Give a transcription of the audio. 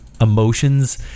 emotions